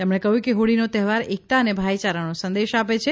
તેમણે કહ્યું કે હોળીનો તહેવાર એકતા અને ભાઈયારાનો સંદેશ આપે છે